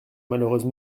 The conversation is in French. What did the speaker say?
malheureuse